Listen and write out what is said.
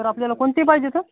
sir आपल्याला कोणते पाहिजेत